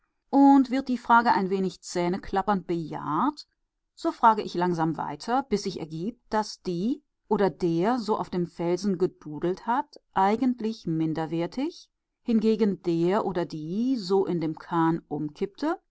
und wird die frage ein wenig zähneklappernd bejaht so frage ich langsam weiter bis sich ergibt daß die oder der so auf dem felsen gedudelt hat eigentlich minderwertig hingegen der oder die so in dem